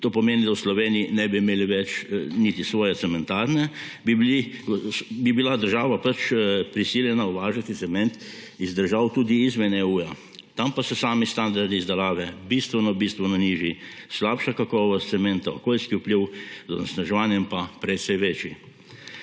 to pomeni, da v Sloveniji ne bi imeli več niti svoje cementarne, bi bila država prisiljena uvažati cement iz držav tudi izven EU, tam pa so sami standardi izdelave bistveno, bistveno nižji, slabša kakovost cementa, okoljski vpliv z onesnaževanjem pa precej večji.